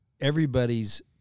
everybody's